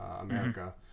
america